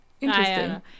Interesting